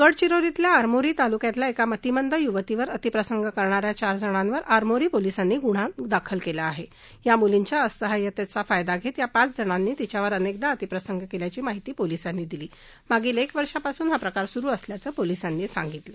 गडचिरोतल्या आरमोरी तालुक्यातल्या एका मतीमंद युवतीवर अतिप्रसंग करणाऱ्या पाच जणांवर आरमोरी पोलिसांनी गुन्हा दाखल क्ला आहात्रा मुलीच्या असाहाय्यत्वी फायदा घटीया पाच जणांनी तिच्यावर अनक्विदा अतिप्रसंग क्ल्याची माहिती पोलीसांनी दिली आहा मागीच्या एक वर्षापासून हा प्रकार सुरु असल्याचं पोलीसांनी सांगितलं